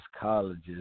colleges